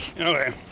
Okay